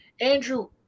Andrew